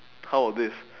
how about this